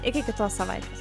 iki kitos savaitės